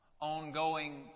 ongoing